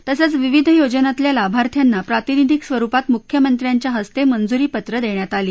तसच विविध योजनातल्या लाभार्थ्यांना प्रातिनिधिक स्वरूपात मुख्यमंत्र्यांच्या हस्ते मंजुरीपत्र देण्यात आली